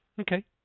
okay